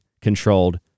Controlled